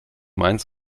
mainz